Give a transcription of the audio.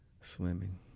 swimming